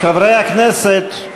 חברי הכנסת,